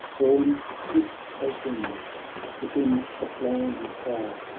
borne swift as winds within the flying car.